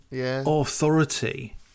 authority